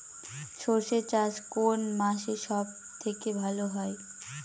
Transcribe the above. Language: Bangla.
সর্ষে চাষ কোন মাসে সব থেকে ভালো হয়?